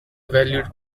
valued